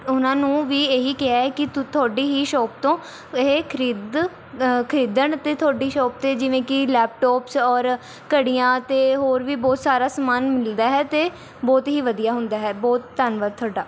ਉਹਨਾਂ ਨੂੰ ਵੀ ਇਹੀ ਕਿਹਾ ਹੈ ਕਿ ਤੁ ਤੁਹਾਡੀ ਹੀ ਸ਼ੋਪ ਤੋਂ ਇਹ ਖਰੀਦ ਖਰੀਦਣ ਅਤੇ ਤੁਹਾਡੀ ਸ਼ੋਪ ਤੋਂ ਜਿਵੇਂ ਕਿ ਲੈਪਟੋਪਸ ਔਰ ਘੜੀਆਂ ਅਤੇ ਹੋਰ ਵੀ ਬਹੁਤ ਸਾਰਾ ਸਮਾਨ ਮਿਲਦਾ ਹੈ ਅਤੇ ਬਹੁਤ ਹੀ ਵਧੀਆ ਹੁੰਦਾ ਹੈ ਬਹੁਤ ਧੰਨਵਾਦ ਤੁਹਾਡਾ